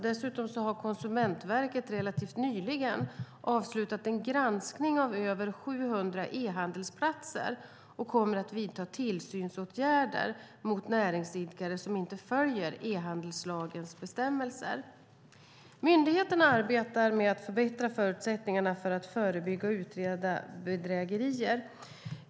Dessutom har Konsumentverket relativt nyligen avslutat en granskning av över 700 e-handelsplatser och kommer att vidta tillsynsåtgärder mot näringsidkare som inte följer e-handelslagens bestämmelser. Myndigheterna arbetar med att förbättra förutsättningarna för att förebygga och utreda bedrägerier.